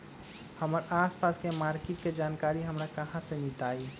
हमर आसपास के मार्किट के जानकारी हमरा कहाँ से मिताई?